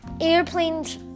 airplanes